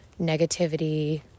negativity